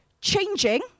changing